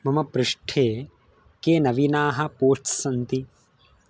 मम पृष्ठे के नवीनाः पोस्ट्स् सन्ति